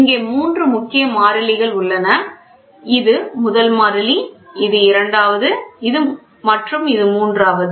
இங்கே மூன்று முக்கிய மாறிலிகள் உள்ளன இது முதல் மாறிலி இது இரண்டாவது மற்றும் இது மூன்றாவது